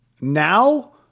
Now